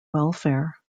welfare